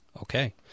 Okay